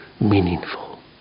meaningful